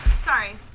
Sorry